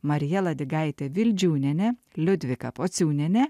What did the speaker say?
marija ladigaitė vildžiūnienė liudvika pociūnienė